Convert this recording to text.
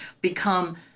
become